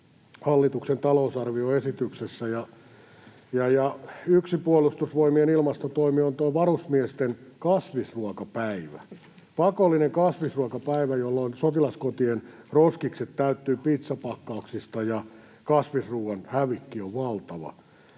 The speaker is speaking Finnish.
hallituksen talousarvioesityksessä, ja yksi Puolustusvoimien ilmastotoimi on tuo varusmiesten kasvisruokapäivä, pakollinen kasvisruokapäivä, jolloin sotilaskotien roskikset täyttyvät pitsapakkauksista ja kasvisruoan hävikki on valtava.